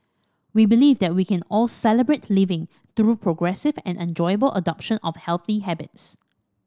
we believe that we can all Celebrate Living through progressive and enjoyable adoption of healthy habits